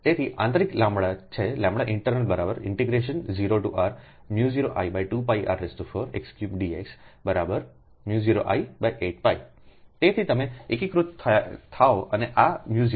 તેથી આંતરિક λ છે int 0r0I2πr4x3dx 0I8πતેથી તમે એકીકૃત થાઓ અને આ 0હશે